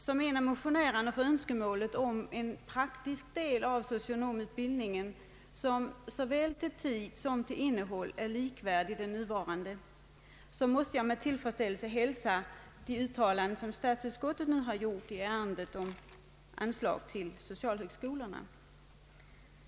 Såsom en av motionärerna med önskemålet om en praktisk del av socionomutbildningen som till både tid och innehåll i stort sett är likvärdig med den nuvarande, hälsar jag med tillfredsställelse de uttalanden som statsutskottet har gjort i ärendet om anslag till socialhögskolorna.